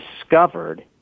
discovered